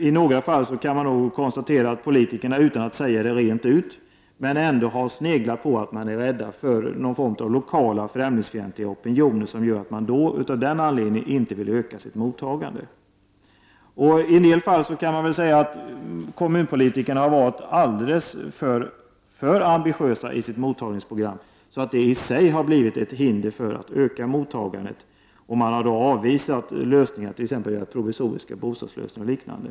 I några fall kan man också konstatera att politikerna utan att säga det rent ut antyder att de är rädda för någon form av lokala, främlingsfientliga opinioner och att de av den anledningen inte vill öka sitt mottagande. I en del fall kan man nog säga att kommunpolitikerna har varit alldeles för ambitiösa i sitt mottagningsprogram och att det i sig har blivit ett hinder för en ökning av mottagandet. Dessa politiker har avvisat lösningar såsom provisoriska bostäder och liknande.